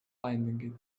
finding